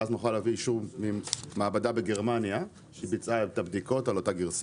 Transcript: ואז נוכל להביא אישור ממעבדה בגרמניה שביצעה את הבדיקות על אותה גרסה.